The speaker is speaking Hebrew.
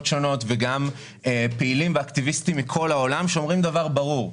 שונות וגם פעילים ואקטיביסטים מכל העולם שאומרים דבר ברור,